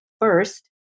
first